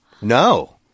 No